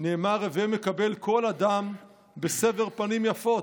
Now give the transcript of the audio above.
נאמר: הווי מקבל כל אדם בסבר פנים יפות".